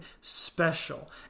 special